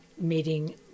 meeting